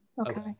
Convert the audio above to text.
Okay